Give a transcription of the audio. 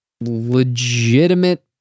legitimate